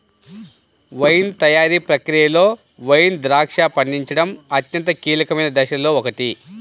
wine తయారీ ప్రక్రియలో wine ద్రాక్ష పండించడం అత్యంత కీలకమైన దశలలో ఒకటి